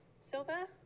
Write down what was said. Silva